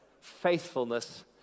faithfulness